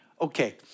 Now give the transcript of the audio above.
Okay